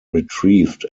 retrieved